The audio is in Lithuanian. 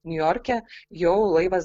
niujorke jau laivas